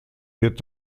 wird